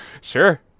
Sure